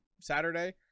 Saturday